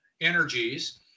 energies